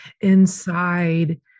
inside